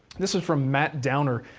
this is from matt downer.